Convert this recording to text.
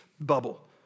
bubble